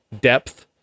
depth